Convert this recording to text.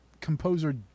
composer